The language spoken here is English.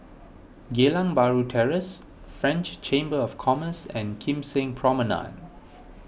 Geylang Bahru Terrace French Chamber of Commerce and Kim Seng Promenade